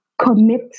commit